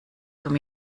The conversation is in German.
vom